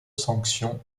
sanction